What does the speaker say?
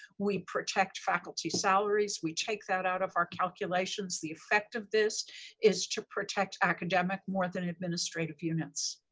we protect faculty salaries. we take that out of our calculations. the effect of this is to protect academic more than administrative units.